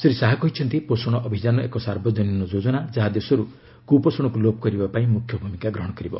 ଶ୍ରୀ ଶାହା କହିଛନ୍ତି ପୋଷଣ ଅଭିଯାନ ଏକ ସାର୍ବଜନୀନ ଯୋଜନା ଯାହା ଦେଶରୁ କୁପୋଷଣକୁ ଲୋପ କରିବା ପାଇଁ ମୁଖ୍ୟ ଭୂମିକା ଗ୍ରହଣ କରିବ